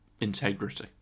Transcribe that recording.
integrity